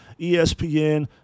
ESPN